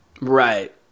Right